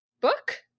Book